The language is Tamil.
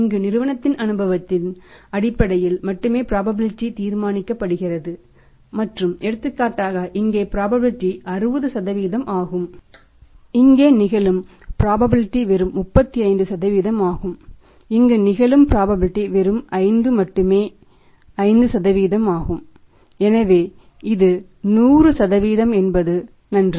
இங்கே நிகழும் ப்ராபபிலிடீ வெறும் 35 ஆகும் இங்கு நிகழும் ப்ராபபிலிடீ வெறும் 5 மட்டுமே 5 ஆகும் எனவே இது 100 என்பது நன்று